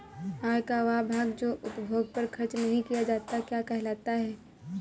आय का वह भाग जो उपभोग पर खर्च नही किया जाता क्या कहलाता है?